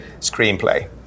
screenplay